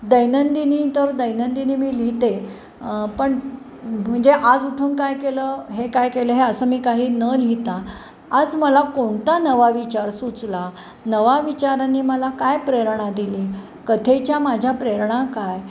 दैनंदिनी तर दैनंदिनी मी लिहिते पण म्हणजे आज उठून काय केलं हे काय केलं हे असं मी काही न लिहिता आज मला कोणता नवा विचार सुचला नवा विचाराने मला काय प्रेरणा दिली कथेच्या माझ्या प्रेरणा काय